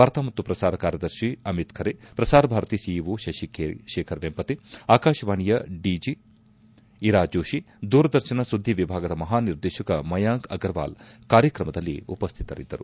ವಾರ್ತಾ ಮತ್ತು ಪ್ರಸಾರ ಕಾರ್ಯದರ್ಶಿ ಅಮಿತ್ ಖರೆ ಪ್ರಸಾರ ಭಾರತಿ ಸಿಇಒ ಶಶಿತೇಖರ್ ವೆಂಪತಿ ಆಕಾಶವಾಣಿಯ ಡಿಜಿ ಇರಾ ಜೋಷಿ ದೂರದರ್ಶನ ಸುದ್ದಿ ವಿಭಾಗದ ಮಹಾ ನಿರ್ದೇಶಕ ಮಾಯಾಂಕ್ ಅಗರ್ವಾಲ್ ಕಾರ್ಯಕ್ರಮದಲ್ಲಿ ಉಪಸ್ಥಿತರಿದ್ದರು